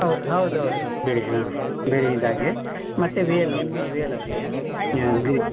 ಹೌದು ಹೌದು ಹೌದು ಹೌದು ಬಿಳಿ ಹಾಂ ಬಿಳಿ ಇದಾಗಿ ಮತ್ತು ವೇಲ್ ಒಂದು ವೇಲ್ ಅವರಿಗೆ ಬಿಳಿ